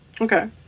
okay